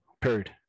period